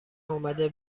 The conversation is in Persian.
اومده